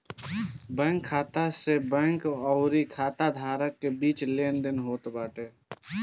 bank खाता से bank अउरी खाता धारक के बीच लेनदेन होत बाटे